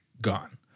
gone